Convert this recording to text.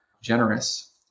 generous